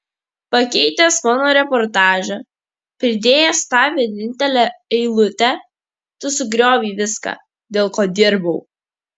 pakeitęs mano reportažą pridėjęs tą vienintelę eilutę tu sugriovei viską dėl ko dirbau